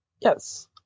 yes